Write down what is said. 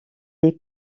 les